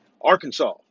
Arkansas